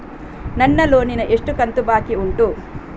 ನನ್ನ ಲೋನಿನ ಎಷ್ಟು ಕಂತು ಬಾಕಿ ಉಂಟು?